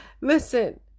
listen